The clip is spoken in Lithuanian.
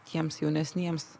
tiems jaunesniems